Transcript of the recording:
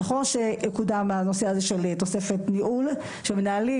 נכון שקודם הנושא הזה של תוספת ניהול, שמנהלים